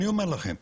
אני אומר לכם,